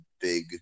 big